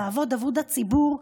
לעבוד עבור הציבור,